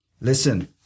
listen